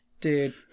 dude